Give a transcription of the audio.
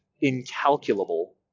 incalculable